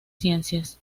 ciencias